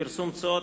פרסום תשואות),